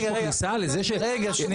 יש פה כניסה לזה ש --- שנייה.